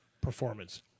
performance